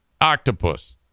octopus